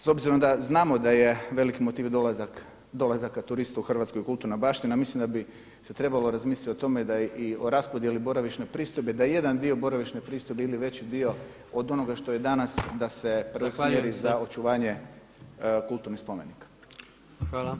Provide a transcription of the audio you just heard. S obzirom da znamo da je veliki motiv dolazaka turista u Hrvatskoj kulturna baština mislim da bi se trebalo razmisliti o tome da i o raspodjeli boravišne pristojbe, da i jedan dio boravišne pristojbe ili veći dio od onoga što je danas da se preusmjeri za očuvanje kulturnih spomenika.